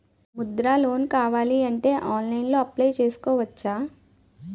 Mudra loan కావాలి అంటే ఆన్లైన్లో అప్లయ్ చేసుకోవచ్చా?